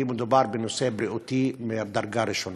כי מדובר בנושא בריאותי מדרגה ראשונה.